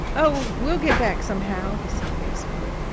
oh, we'll get back somehow, he said evasively.